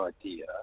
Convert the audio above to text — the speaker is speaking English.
idea